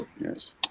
Yes